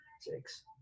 six